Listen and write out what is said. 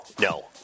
no